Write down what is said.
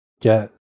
get